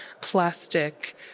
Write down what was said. plastic